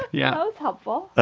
yeah. helpful.